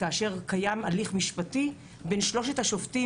כאשר קיים הליך משפטי בין שלושת השופטים,